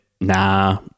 nah